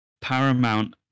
Paramount